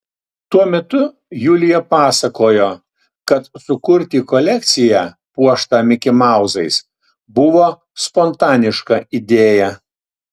tuo metu julija pasakojo kad sukurti kolekciją puoštą mikimauzais buvo spontaniška idėja